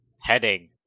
heading